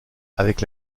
avec